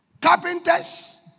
carpenters